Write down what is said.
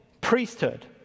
priesthood